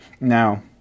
Now